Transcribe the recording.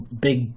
big